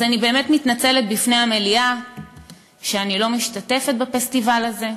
אז אני באמת מתנצלת בפני המליאה שאני לא משתתפת בפסטיבל הזה.